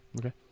okay